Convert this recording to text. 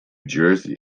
jersey